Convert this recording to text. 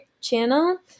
channel